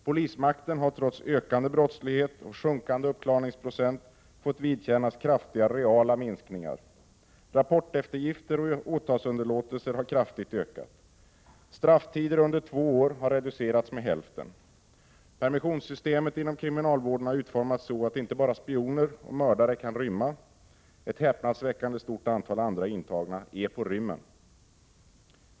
Polismakten har trots ökande brottslighet och sjunkande uppklarningsprocent fått vidkännas kraftiga reala minskningar. Rapporteftergifter och åtalsunderlåtelser har kraftigt ökat. Strafftider under två har reducerats med hälften. Permissionssystemet inom kriminalvården har utformats så att inte bara spioner och mördare kan rymma; ett häpnadsväckande stort antal andra intagna är på rymmen.